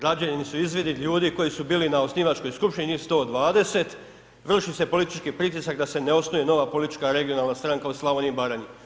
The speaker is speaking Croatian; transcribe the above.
Rađeni su izvidi ljudi koji su bili na osnivačkoj skupštini njih 120, vrši se politički pritisak da se ne osnuje nova politička regionalna stranka u Slavoniji i Baranji.